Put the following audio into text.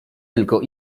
tylko